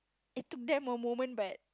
it took them a moment but